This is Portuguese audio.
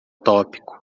tópico